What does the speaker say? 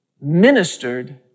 ministered